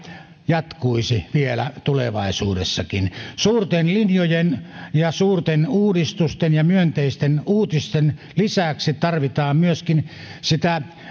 jatkuisi vielä tulevaisuudessakin suurten linjojen ja suurten uudistusten ja myönteisten uutisten lisäksi tarvitaan myöskin sitä